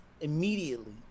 immediately